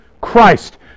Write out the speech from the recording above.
Christ